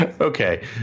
Okay